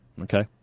Okay